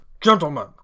Gentlemen